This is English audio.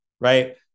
Right